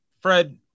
Fred